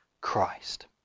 Christ